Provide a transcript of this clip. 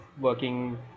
working